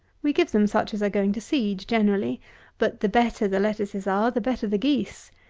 we give them such as are going to seed generally but the better the lettuces are, the better the geese.